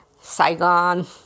Saigon